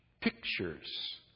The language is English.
Pictures